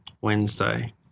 Wednesday